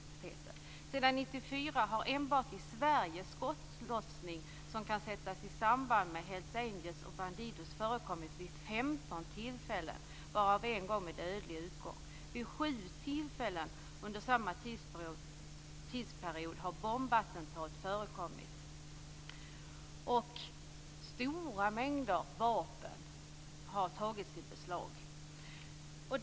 Sedan 1994 har enbart i Sverige skottlossning som kan sättas i samband med Hells Angels och Bandidos förekommit vid 15 tillfällen varav en gång med dödlig utgång. Vid sju tillfällen under samma tidsperiod har bombattentat förekommit. Stora mängder vapen har tagits i beslag.